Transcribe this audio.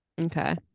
Okay